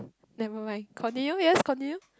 never mind continue yes continue